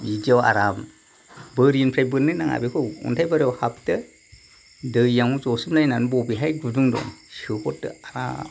बिदियाव आराम बोरिनिफ्राय बोन्नो नाङा बेखौ अन्थायबारियाव हाबदो दैयावनो जसोमलायनानै बबेहाय गुदुं दं सोहरदो आराम